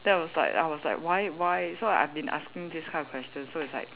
that was like I was like why why so I've been asking this kind of questions so it's like